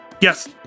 Yes